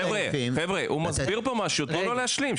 חבר'ה, הוא מסביר פה משהו, תנו לו להשלים.